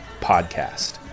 PODCAST